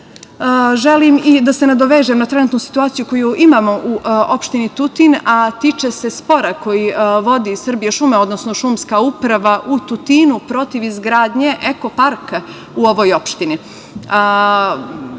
grada? Želim da se nadovežem na trenutku situaciju koju imamo u opštini Tutin, a tiče se spora koji vodi „Srbijašume“, odnosno Šumska uprava u Tutinu, protiv izgradnje ekoparka u ovoj opštini.